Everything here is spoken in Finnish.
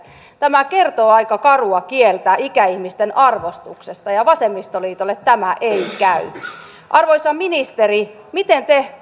tämä kertoo aika karua kieltä ikäihmisten arvostuksesta ja ja vasemmistoliitolle tämä ei käy arvoisa ministeri miten te